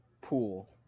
Pool